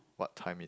what timing